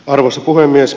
arvoisa puhemies